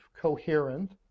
coherent